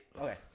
Okay